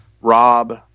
Rob